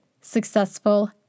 successful